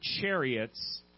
chariots